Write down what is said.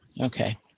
okay